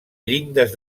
llindes